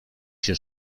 się